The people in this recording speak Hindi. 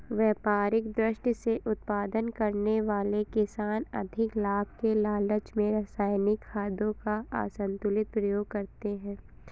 व्यापारिक दृष्टि से उत्पादन करने वाले किसान अधिक लाभ के लालच में रसायनिक खादों का असन्तुलित प्रयोग करते हैं